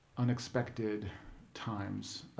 unexpected times.